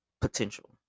potential